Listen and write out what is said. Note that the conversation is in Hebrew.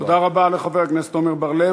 תודה רבה לחבר הכנסת עמר בר-לב.